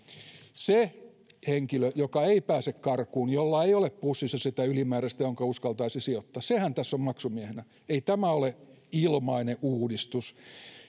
se henkilö joka ei pääse karkuun ja jolla ei ole pussissa sitä ylimääräistä jonka uskaltaisi sijoittaa sehän tässä on maksumiehenä ei tämä ole ilmainen uudistus